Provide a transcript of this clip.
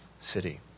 city